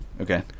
Okay